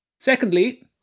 Secondly